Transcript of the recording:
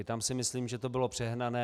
Tam si myslím, že to bylo přehnané.